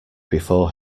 before